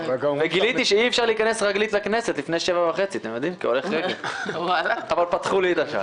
גיליתי שאי אפשר להיכנס רגלית לכנסת לפני 07:30 אבל פתחו לי את השער.